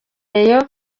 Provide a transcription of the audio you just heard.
rayon